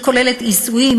שכוללת עיסויים,